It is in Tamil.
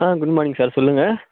குட் மார்னிங் சார் சொல்லுங்க